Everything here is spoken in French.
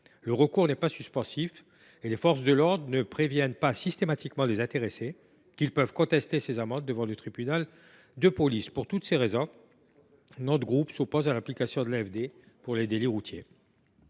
Le recours n’est pas suspensif et les forces de l’ordre ne préviennent pas systématiquement les intéressés qu’ils peuvent contester ces amendes devant le tribunal de police. Pour l’ensemble de ces raisons, notre groupe s’oppose à l’application de l’AFD aux délits routiers.